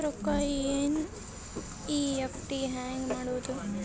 ರೊಕ್ಕ ಎನ್.ಇ.ಎಫ್.ಟಿ ಹ್ಯಾಂಗ್ ಮಾಡುವುದು?